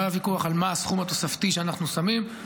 לא היה ויכוח על מה הסכום התוספתי שאנחנו שמים,